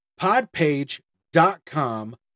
podpage.com